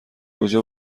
کجا